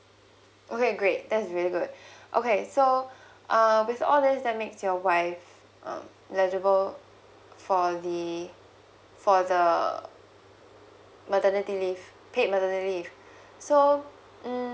okay great that's very good okay so uh with all this that makes your wife um eligible for the for the maternity leave paid maternity leave so mm